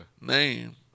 name